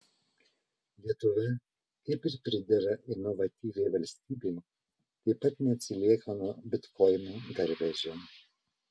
lietuva kaip ir pridera inovatyviai valstybei taip pat neatsilieka nuo bitkoinų garvežio